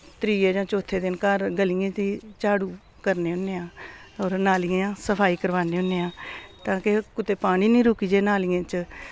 त्रिये जां चौथे दिन घर गलियें दी झाड़ू करने होन्ने आं होर नालियें सफाई करवाने होन्ने आं ताकि कुतै पानी नि रुकै जे नालियें च